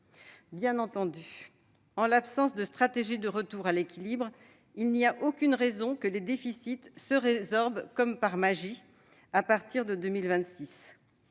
Bien entendu, en l'absence de stratégie de retour à l'équilibre, il n'y a aucune raison de croire que les déficits se résorberont comme par magie à partir de 2026.